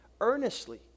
earnestly